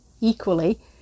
equally